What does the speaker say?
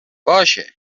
باشه